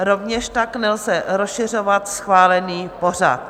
Rovněž tak nelze rozšiřovat schválený pořad.